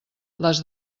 les